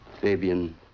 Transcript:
Fabian